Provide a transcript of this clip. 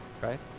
right